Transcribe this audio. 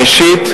ראשית,